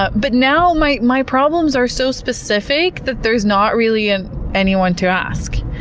ah but now my my problems are so specific that there's not really and anyone to ask.